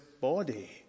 body